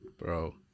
Bro